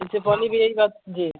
इससे पहले भी यह ही बात जी